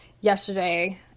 yesterday